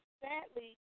sadly